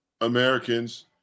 Americans